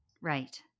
Right